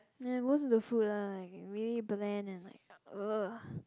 ya most of the food are get really bland and like !ugh!